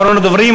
אחרון הדוברים.